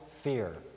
fear